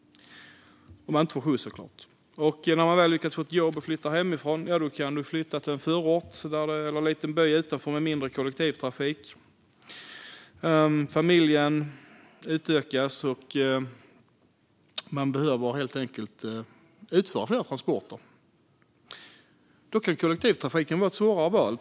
När man får ett jobb och flyttar hemifrån hamnar man kanske på en plats med mindre kollektivtrafik. När familjen sedan utökas behöver man utföra fler transporter. Då kan det vara svårt att välja kollektivtrafiken.